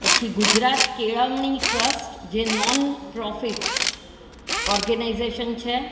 પછી ગુજરાત કેળવણી ટ્રસ્ટ જે નોન પ્રોફિટ ઓર્ગેનાઇઝેસન છે